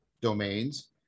domains